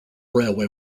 railway